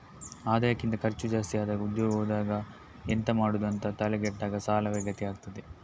ಆದಾಯಕ್ಕಿಂತ ಖರ್ಚು ಜಾಸ್ತಿ ಆದಾಗ ಉದ್ಯೋಗ ಹೋದಾಗ ಎಂತ ಮಾಡುದು ಅಂತ ತಲೆ ಕೆಟ್ಟಾಗ ಸಾಲವೇ ಗತಿ ಆಗ್ತದೆ